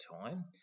time